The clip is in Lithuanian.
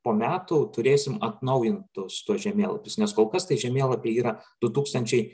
po metų turėsim atnaujintus tuos žemėlapius nes kol kas tie žemėlapiai yra du tūkstančiai